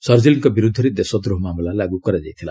ସର୍ଜିଲ୍ଙ୍କ ବିରୁଦ୍ଧରେ ଦେଶଦ୍ରୋହ ମାମଲା ଲାଗୁ କରାଯାଇଥିଲା